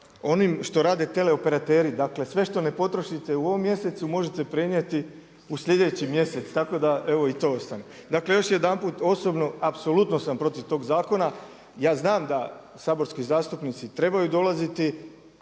onim što rade teleoperateri, dakle sve što ne potrošite u ovom mjesecu možete prenijeti u sljedeći mjesec, tako da evo i to ostane. Dakle još jedanput osobno, apsolutno sam protiv tog zakona. Ja znam da saborski zastupnici trebaju dolaziti